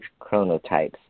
chronotypes